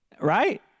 Right